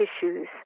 tissues